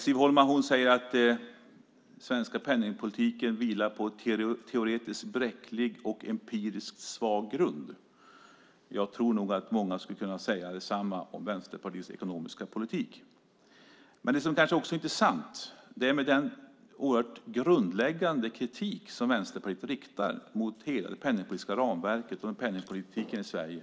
Siv Holma säger att den svenska penningpolitiken vilar på en teoretiskt bräcklig och empiriskt svag grund. Jag tror att många skulle kunna säga detsamma om Vänsterpartiets ekonomiska politik. Det som är intressant är den oerhört grundläggande kritik som Vänsterpartiet riktar mot det penningpolitiska ramverket och penningpolitiken i Sverige.